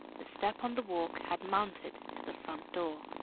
the step on the walk had mounted to the front door.